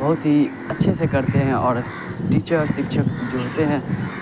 بہت ہی اچھے سے کرتے ہیں اور ٹیچر سیکچھک جو ہوتے ہیں